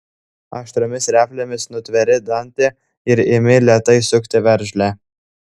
aštriomis replėmis nutveri dantį ir imi lėtai sukti veržlę